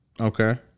Okay